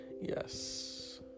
Yes